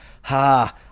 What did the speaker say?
ha